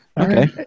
Okay